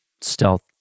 Stealth